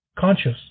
Conscious